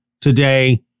today